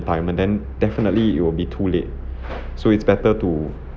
retirement then definitely it will be too late so it's better to